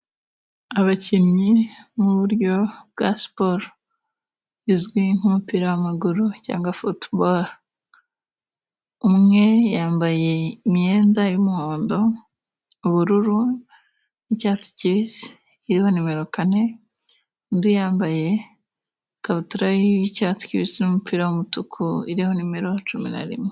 Abakinnyi muburyo bwa siporo, izwi nkumupira wamaguru cyangwa futuboro, umwe yambaye imyenda yumuhondo, ubururu, n'icyatsi kibisi ya numero kane, undi y'ambaye ikabutura y'icyatsi kibisi n'umupira w'umutuku, iriho numero cumi na rimwe.